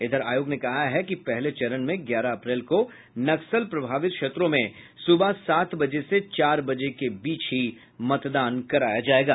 इधर आयोग ने कहा है कि पहले चरण में ग्यारह अप्रैल को नक्सल प्रभावित क्षेत्रों में सुबह सात बजे से चार बजे के बीच ही मतदान कराया जायेगा